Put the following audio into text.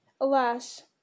Alas